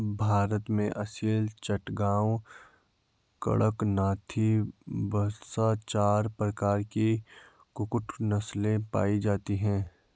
भारत में असील, चटगांव, कड़कनाथी, बसरा चार प्रकार की कुक्कुट नस्लें पाई जाती हैं